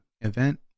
event